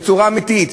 בצורה אמיתית.